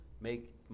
Make